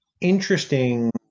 interesting